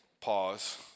Pause